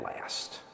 last